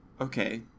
Okay